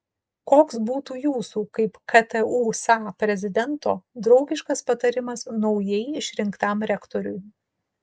koks būtų jūsų kaip ktu sa prezidento draugiškas patarimas naujai išrinktam rektoriui